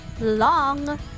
long